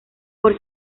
por